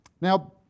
Now